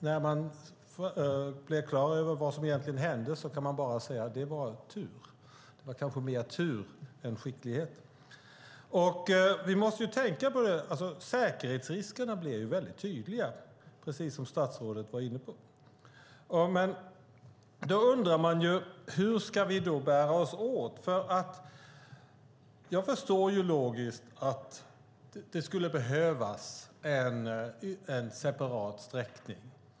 När jag blev klar över vad som egentligen hände kunde jag bara säga att det var tur, kanske mer tur än skicklighet. Säkerhetsriskerna blev väldigt tydliga, precis som statsrådet var inne på. Då undrar jag hur vi ska bära oss åt. Jag förstår ju logiskt att det skulle behövas en separat sträckning.